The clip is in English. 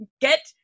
get